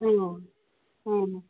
ꯑꯥ ꯑꯥ